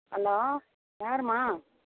hello யாரும்மா